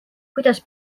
kuidas